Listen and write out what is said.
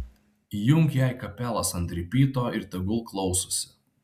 įjunk jai kapelas ant ripyto ir tegu klausosi